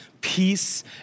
peace